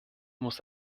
muss